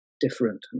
different